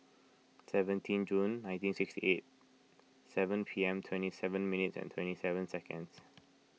seventeen June nineteen sixty eight seven P M twenty seven minutes and twenty seven seconds